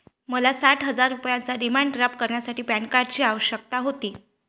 मला साठ हजार रुपयांचा डिमांड ड्राफ्ट करण्यासाठी पॅन कार्डची आवश्यकता होती